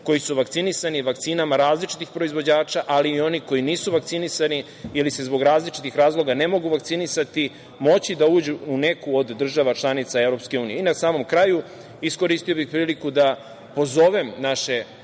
koji su vakcinisani vakcinama različitih proizvođača, ali i oni koji nisu vakcinisani ili se zbog različitih razloga ne mogu vakcinisati, moći da uđu u neku od država članica EU? Na samom kraju, iskoristio bih priliku da pozovem naše građane